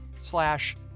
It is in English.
slash